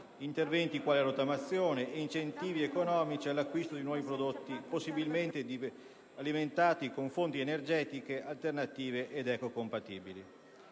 interventi quali la rottamazione e incentivi economici all'acquisto di nuovi prodotti possibilmente alimentati con fonti energetiche alternative ed ecocompatibili.